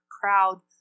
crowd